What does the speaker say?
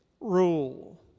rule